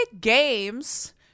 Games